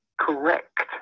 correct